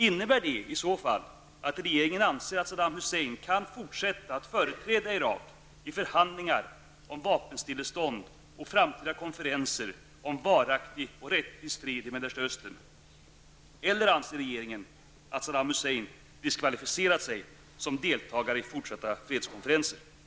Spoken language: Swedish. Innebär det att regeringen anser att Saddam Hussein kan fortsätta att företräda Irak i förhandlingar om vapenstillestånd och framtida konferenser om varaktig och rättvis fred i Mellersta Östern? Eller anser regeringen att Saddam Hussein diskvalificerat sig som deltagare i fortsatta fredskonferenser? Herr talman!